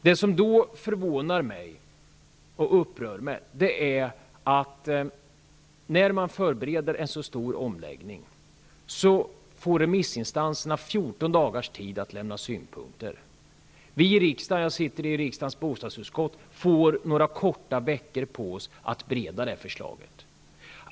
Det förvånar och upprör mig att man, när man förbereder en så stor omläggning, ger remissinstanserna 14 dagar på sig att lämna synpunkter. Vi i riksdagens bostadsutskott får några korta veckor på oss att bereda förslaget.